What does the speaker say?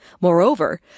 Moreover